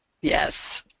Yes